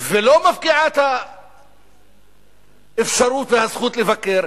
ולא רק מפקיעה את האפשרות והזכות לבקר,